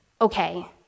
okay